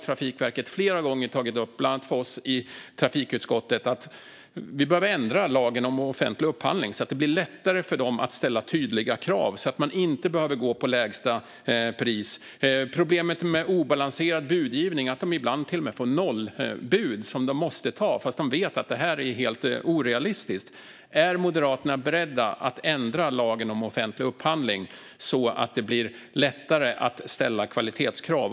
Trafikverket har flera gånger tagit upp bland annat med oss i trafikutskottet att vi behöver ändra lagen om offentlig upphandling så att det blir lättare för dem att ställa tydliga krav så att de inte behöver gå på lägsta pris. Det är problem med obalanserad budgivning, och ibland får de till och med nollbud som de måste ta fast det vet att det är helt orealistiskt. Är Moderaterna beredda att ändra lagen om offentlig upphandling så att det blir lättare att ställa kvalitetskrav?